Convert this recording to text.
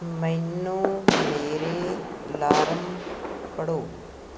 ਮੈਨੂੰ ਮੇਰੇ ਅਲਾਰਮ ਪੜ੍ਹੋ